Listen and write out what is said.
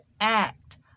act